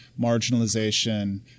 marginalization